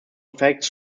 effect